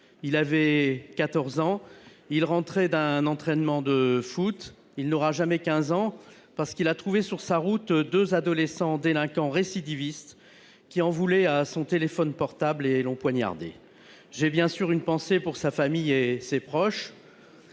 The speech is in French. Il avait 14 ans, il rentrait d’un entraînement de foot. Il n’aura jamais 15 ans, parce qu’il a trouvé sur sa route deux adolescents délinquants récidivistes qui en voulaient à son téléphone portable et l’ont poignardé. J’ai, bien sûr, une pensée pour sa famille et pour ses proches.